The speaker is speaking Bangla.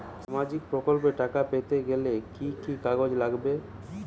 সামাজিক প্রকল্পর টাকা পেতে গেলে কি কি কাগজ লাগবে?